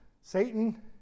Satan